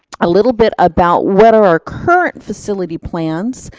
a little bit about what are our current facility plans,